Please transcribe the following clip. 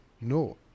No